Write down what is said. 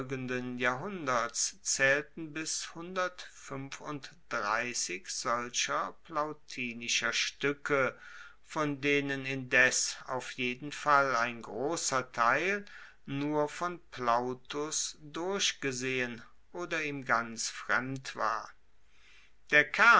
jahrhunderts zaehlten bis hundertunddreissig solcher plautinischer stuecke von denen indes auf jeden fall ein grosser teil nur von plautus durchgesehen oder ihm ganz fremd war der kern